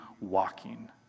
walking